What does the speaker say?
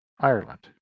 Ireland